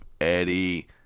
Eddie